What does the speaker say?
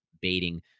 baiting